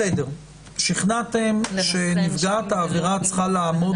ימים --- שכנעתם שנפגעת העבירה צריכה לעמוד